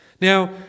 Now